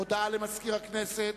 הודעה למזכיר הכנסת.